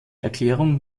erklärung